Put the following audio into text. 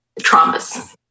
traumas